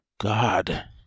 God